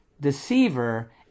deceiver